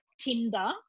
tinder